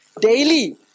daily